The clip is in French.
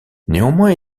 néanmoins